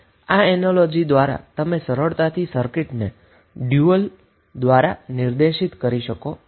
આ એનાલોજી દ્વારા તમે સરળતાથી ચોક્ક્સ સર્કિટના ડયુઅલને રજુ કરી શકો છો